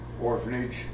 orphanage